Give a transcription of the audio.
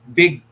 big